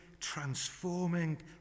transforming